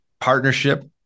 partnership